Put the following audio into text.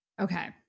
okay